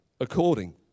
according